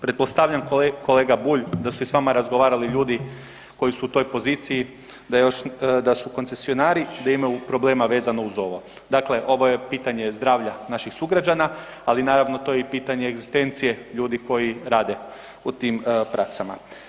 Pretpostavljam, kolega Bulj da su i s vama razgovarali ljudi koji su u toj poziciji da još, da su koncesionari, da imaju problema vezano uz ovo, dakle ovo je pitanje zdravlja naših sugrađana, ali naravno to je i pitanje egzistencije ljudi koji rade u tim praksama.